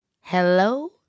Hello